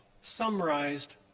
summarized